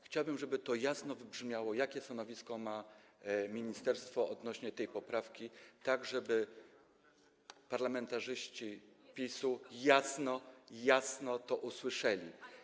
Chciałbym, żeby to jasno wybrzmiało, jakie stanowisko ma ministerstwo odnośnie do tej poprawki, żeby parlamentarzyści PiS-u jasno to usłyszeli.